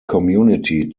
community